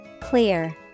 Clear